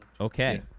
Okay